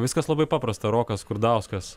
viskas labai paprasta rokas skurdauskas